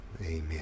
Amen